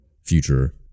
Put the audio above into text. future